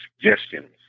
suggestions